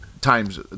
times